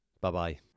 Bye-bye